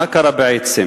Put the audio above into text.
מה קרה בעצם?